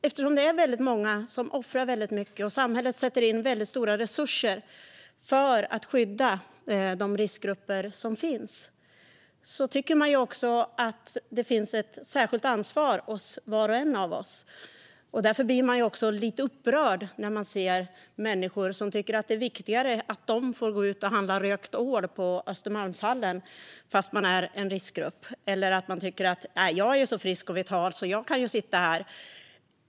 Eftersom det är många som offrar väldigt mycket och samhället sätter in mycket stora resurser för att skydda de riskgrupper som finns tycker man också att det finns ett särskilt ansvar hos var och en av oss. Därför blir man lite upprörd när man ser människor som tycker att det är viktigare att de får gå och handla rökt ål i Östermalmshallen trots att de tillhör en riskgrupp eller att de tycker att de är så friska och vitala att de kan sitta var de vill.